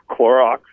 Clorox